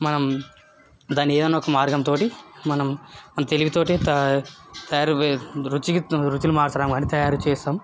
మనం దాన్ని ఏదన్న ఒక మార్గం తోటి మనం మన తెలివి తోటి త తయారు రుచి రుచులు మార్చడం కాని తయారు చేస్తాం